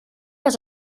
les